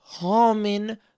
common